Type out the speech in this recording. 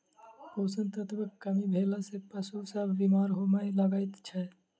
पोषण तत्वक कमी भेला सॅ पशु सभ बीमार होमय लागैत छै